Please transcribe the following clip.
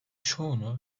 çoğunu